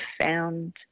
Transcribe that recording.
found